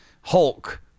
Hulk